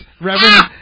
Reverend